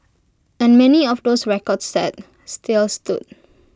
and many of those records set still stood